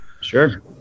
Sure